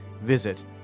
Visit